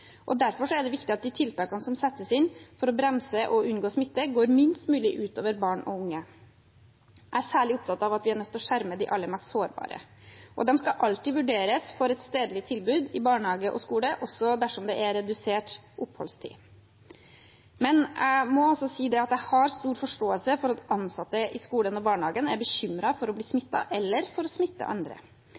Derfor er det viktig at de tiltakene som settes inn for å bremse og unngå smitte, går minst mulig ut over barn og unge. Jeg er særlig opptatt av at vi er nødt til å skjerme de aller mest sårbare, og de skal alltid vurderes for et stedlig tilbud i barnehage og skole, også dersom det er redusert oppholdstid. Men jeg må også si at jeg har stor forståelse for at ansatte i skolen og barnehagen er bekymret for å bli smittet eller for å smitte andre,